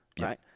right